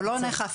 חוק,